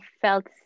felt